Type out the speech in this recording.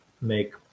make